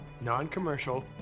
non-commercial